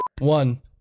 One